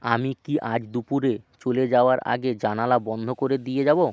আমি কি আজ দুপুরে চলে যাওয়ার আগে জানালা বন্ধ করে দিয়ে যাব